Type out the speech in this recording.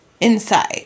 inside